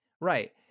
right